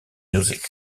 music